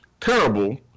terrible